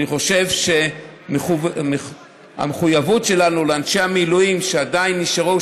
אני חושב שהמחויבות שלנו לאנשי המילואים שעדיין נשארו,